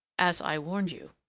as i warned you.